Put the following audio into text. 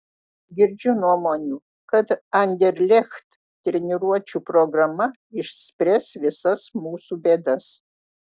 girdžiu nuomonių kad anderlecht treniruočių programa išspręs visas mūsų bėdas